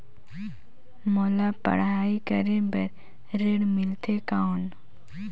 मोला पढ़ाई करे बर ऋण मिलथे कौन?